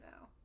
now